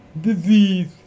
disease